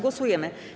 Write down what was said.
Głosujemy.